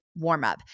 warmup